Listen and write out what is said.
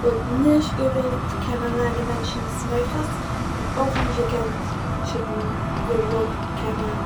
כ'וואלט נישט געוואלט קענען ליינען מענטשן'ס מוחות און אויך נישט געקענט שיקן- געוואלט קענען